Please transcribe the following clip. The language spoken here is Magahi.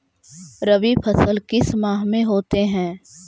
रवि फसल किस माह में होते हैं?